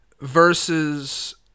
versus